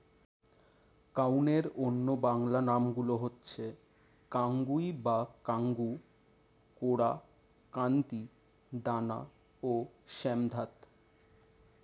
কাউনের অন্য বাংলা নামগুলো হচ্ছে কাঙ্গুই বা কাঙ্গু, কোরা, কান্তি, দানা ও শ্যামধাত